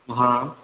हॅं